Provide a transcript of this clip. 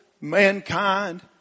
mankind